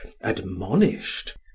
admonished